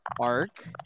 arc